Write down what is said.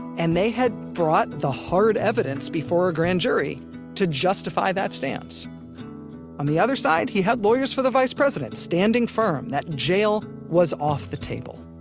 and they had brought the hard evidence before a grand jury to justify that stance on the other side, he had lawyers for the vice president, standing firm, that jail was off the table.